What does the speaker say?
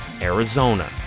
Arizona